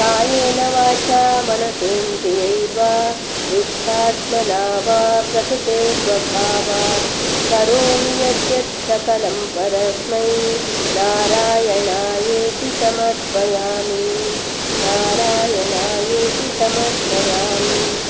कायेन वाचा मनेसेन्द्रियैवा बुद्ध्यात्मना वा प्रकृतेस्वभावात् करोमि यद्यत् सकलं परस्मै नारायणायेति समर्पयामि नारायणायेति समर्पयामि